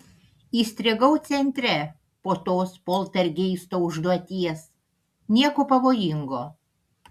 įstrigau centre po tos poltergeisto užduoties nieko pavojingo